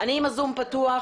אני עם הזום פתוח,